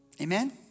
Amen